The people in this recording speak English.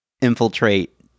infiltrate